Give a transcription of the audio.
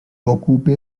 ocupa